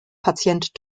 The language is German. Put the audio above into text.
patient